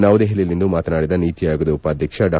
ನವದೆಹಲಿಯಲ್ಲಿಂದು ಮಾತನಾಡಿದ ನೀತಿ ಆಯೋಗದ ಉಪಾಧ್ಯಕ್ಷ ಡಾ